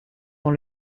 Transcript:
dans